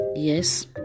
Yes